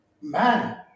man